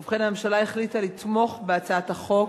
ובכן, הממשלה החליטה לתמוך בהצעת החוק